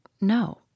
No